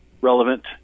relevant